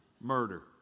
murder